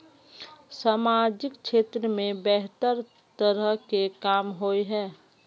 सामाजिक क्षेत्र में बेहतर तरह के काम होय है?